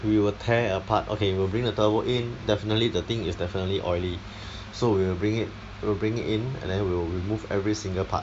we will tear apart okay we will bring the turbo in definitely the thing is definitely oily so we'll bring it we'll bring it in and then we'll remove every single part